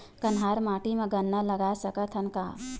कन्हार माटी म गन्ना लगय सकथ न का?